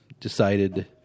decided